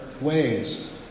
ways